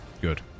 Good